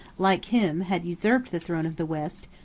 like him, had usurped the throne of the west,